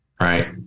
Right